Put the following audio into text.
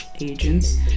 agents